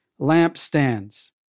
lampstands